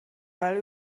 ball